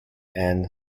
ann